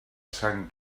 sant